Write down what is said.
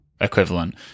equivalent